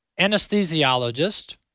anesthesiologist